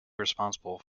responsible